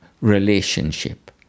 relationship